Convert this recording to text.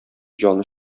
җаны